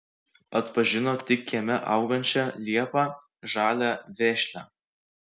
atpažino tik kieme augančią liepą žalią vešlią